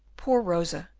poor rosa!